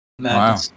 Wow